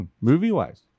Movie-wise